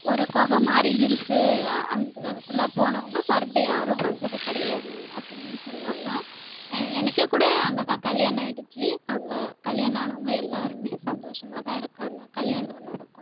ஒரு குகை மாதிரி இருக்கு அந்த அதுக்குள்ளே போனவங்க மறுபடி யாரும் வந்தது கிடையாது அப்படின்னு சொல்வாங்க எனக்கு கூட அங்கே தான் கல்யாணம் ஆகிடுச்சு அங்கே கல்யாணம் ஆனவங்க எல்லோருமே சந்தோஷமாக தான் இருக்காங்க கல்யாணம் நடக்கும்